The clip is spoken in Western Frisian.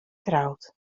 troud